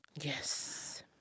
Yes